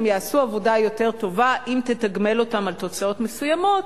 הם יעשו עבודה יותר טובה אם תתגמל אותם על תוצאות מסוימות,